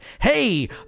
hey